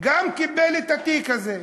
גם קיבל את התיק הזה.